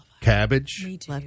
cabbage